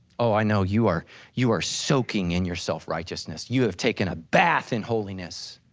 oh, i know you are you are soaking in your self righteousness, you have taken a bath in holiness.